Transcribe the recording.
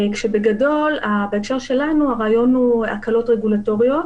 בגדול, בהקשר שלנו, הרעיון הוא הקלות רגולטוריות.